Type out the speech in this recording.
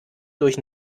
durch